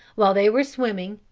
while they were swimming,